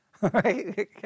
right